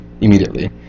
immediately